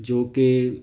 ਜੋ ਕਿ